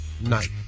night